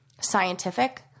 scientific